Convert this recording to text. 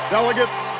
Delegates